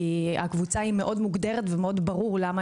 כי הקבוצה היא מאוד מוגדרת ומאוד ברור למה